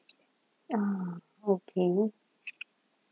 ah okay